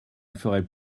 feraient